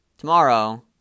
Tomorrow